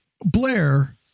Blair